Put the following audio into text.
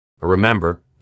Remember